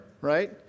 right